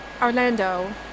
Orlando